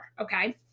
Okay